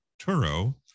Turo